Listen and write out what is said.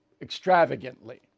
extravagantly